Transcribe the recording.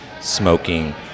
smoking